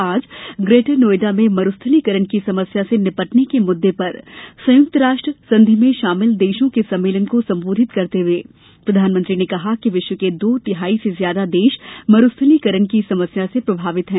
आज ग्रेटर नोएडा में मरूस्थलीकरण की समस्या से निपटने के मुददे पर संयुक्त राष्ट्र संधि में शामिल देशों के सम्मेलन को संबोधित करते हए प्रधानमंत्री ने कहा कि विश्व के दो तिहाई से ज्यादा देश मरूस्थलीकरण की समस्या से प्रभावित हैं